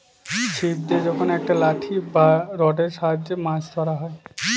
ছিপ দিয়ে যখন একটা লাঠি বা রডের সাহায্যে মাছ ধরা হয়